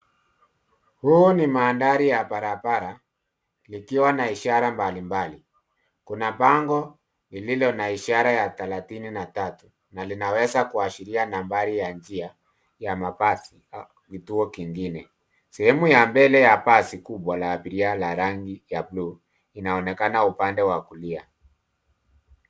Hii ni mandhari ya barabara ikiwa na ishara mbalimbali. Kuna bango lililo na ishara ya 33 na linaweza kuashiria nambari ya njia ya mabasi au kituo kingine. Sehemu ya mbele ya basi kubwa la abiria la rangi ya buluu inaonekana upande wa kulia.